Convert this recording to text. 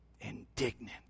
indignant